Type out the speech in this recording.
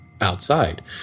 outside